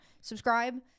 subscribe